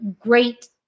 great